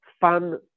fun